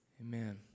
Amen